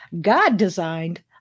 God-designed